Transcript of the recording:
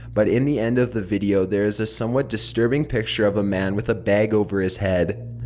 but, in the end of the video there is a somewhat disturbing picture of a man with a bag over his head.